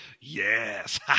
yes